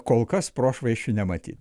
kol kas prošvaisčių nematyt